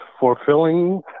fulfilling